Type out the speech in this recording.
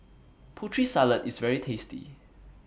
Putri Salad IS very tasty